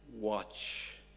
watch